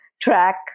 track